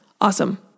Awesome